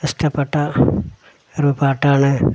ഇഷ്ടപ്പെട്ട ഒരു പാട്ടാണ്